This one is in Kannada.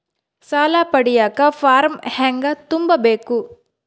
ಸಾಲ ಪಡಿಯಕ ಫಾರಂ ಹೆಂಗ ತುಂಬಬೇಕು?